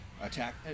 attack